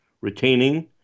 Retaining